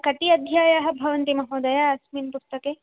कति अध्यायाः भवन्ति महोदय अस्मिन् पुस्तके